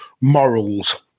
morals